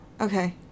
Okay